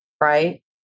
right